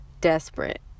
desperate